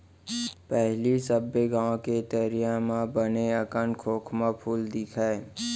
पहिली सबे गॉंव के तरिया म बने अकन खोखमा फूल दिखय